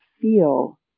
feel